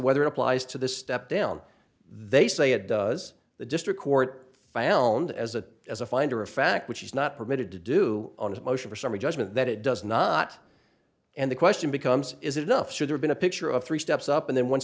whether it applies to the step down they say it does the district court found as a as a finder of fact which is not permitted to do on a motion for summary judgment that it does not and the question becomes is it enough should have been a picture of three steps up and then one